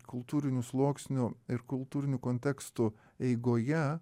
kultūrinių sluoksnių ir kultūrinių kontekstų eigoje